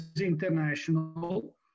International